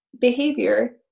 behavior